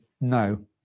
no